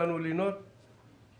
תסביר לנו מה אתה רוצה מהוועדה.